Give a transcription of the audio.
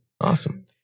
Awesome